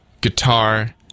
guitar